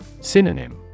Synonym